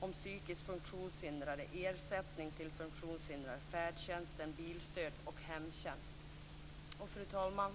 Det gäller psykiskt funktionshindrade, ersättning till funktionshindrade, färdtjänsten, bilstöd och hemtjänst. Fru talman!